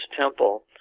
Temple